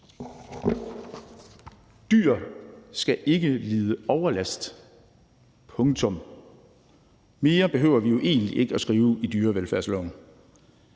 Dyr skal ikke lide overlast – punktum. Mere behøver vi jo egentlig ikke at skrive i dyrevelfærdsloven.